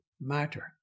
matter